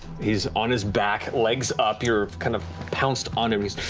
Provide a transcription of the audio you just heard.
he's on his back, legs up, you're kind of pounced on him. he's,